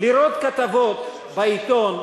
לראות כתבות בעיתון,